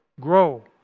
grow